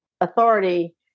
authority